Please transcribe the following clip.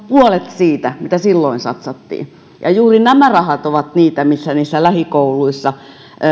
puolet siitä mitä silloin satsattiin ja juuri nämä rahat ovat niitä joilla niissä lähikouluissa